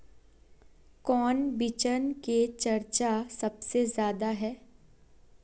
कौन बिचन के चर्चा सबसे ज्यादा है?